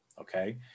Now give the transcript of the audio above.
Okay